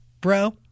Bro